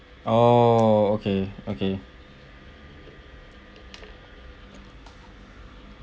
oh okay okay